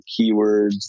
keywords